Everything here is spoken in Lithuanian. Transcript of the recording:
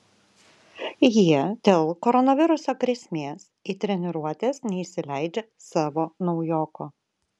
jie dėl koronaviruso grėsmės į treniruotes neįsileidžia savo naujoko